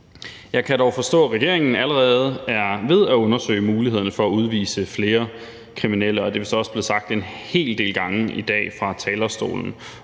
Jeg kan dog forstå, at regeringen allerede er ved at undersøge mulighederne for at udvise flere kriminelle, og det er vist også blevet sagt en hel del gange fra talerstolen